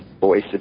voice